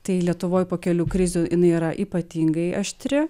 tai lietuvoj po kelių krizių ir yra ypatingai aštri